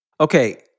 Okay